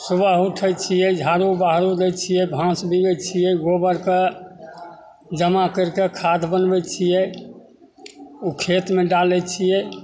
सुबह उठै छिए झाड़ू बहारू दै छिए घास बिगै छिए गोबरके जमा करिके खाद बनबै छिए ओ खेतमे डालै छिए